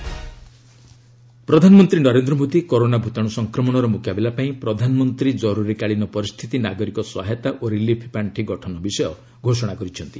PM cares ପ୍ରଧାନମନ୍ତ୍ରୀ Narendra Modi corona ଭୂତାଣୁ ସଂକ୍ରମଣର ମୁକାବିଲା ପାଇଁ ପ୍ରଧାନମନ୍ତ୍ରୀ କରୁରିକାଳୀନ ପରିସ୍ଥିତି ନାଗରିକ ସହାୟତା ଓ ରିଲିଫ୍ ପାର୍ଷି ଗଠନ ବିଷୟ ଘୋଷଣା କରିଛନ୍ତି